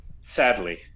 sadly